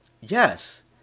Yes